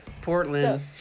Portland